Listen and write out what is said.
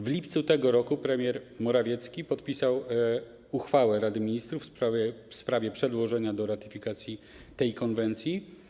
W lipcu tego roku premier Morawiecki podpisał uchwałę Rady Ministrów w sprawie przedłożenia do ratyfikacji tej konwencji.